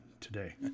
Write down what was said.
today